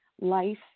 life